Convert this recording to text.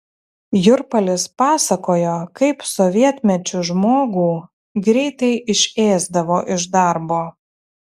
jurpalis pasakojo kaip sovietmečiu žmogų greitai išėsdavo iš darbo